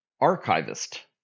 archivist